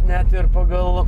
net ir pagal